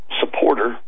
supporter